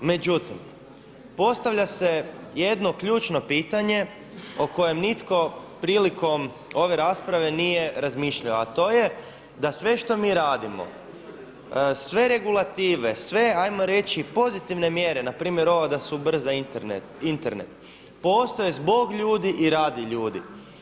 Međutim, postavlja se jedno ključno pitanje o kojem nitko prilikom ove rasprave nije razmišljao a to je da sve što mi radimo, sve regulative, sve ajmo reći pozitivne mjere npr. ova da su se ubrza Internet postoje zbog ljudi i radi ljudi.